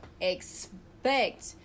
expect